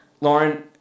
Lauren